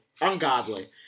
Ungodly